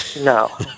No